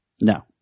No